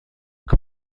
que